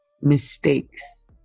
mistakes